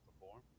perform